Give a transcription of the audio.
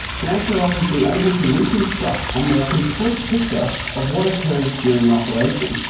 grantcharov has been able to reconstruct a more complete picture of what occurs during an operation.